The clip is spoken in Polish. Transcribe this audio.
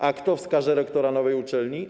A kto wskaże rektora nowej uczelni?